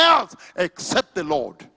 else except the lord